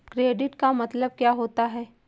Credit का मतलब क्या होता है?